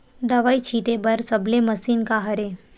दवाई छिंचे बर सबले मशीन का हरे?